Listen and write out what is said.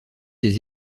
des